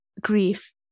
grief